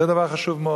זה דבר חשוב מאוד.